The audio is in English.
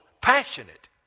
passionate